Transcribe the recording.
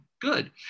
good